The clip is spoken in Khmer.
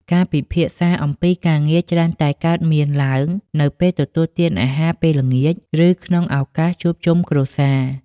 ការពិភាក្សាអំពីការងារច្រើនតែកើតមានឡើងនៅពេលទទួលទានអាហារពេលល្ងាច ឬក្នុងឱកាសជួបជុំគ្រួសារ។